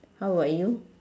how about you